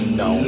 no